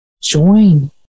Join